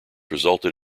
resulted